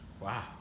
Wow